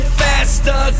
faster